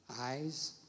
eyes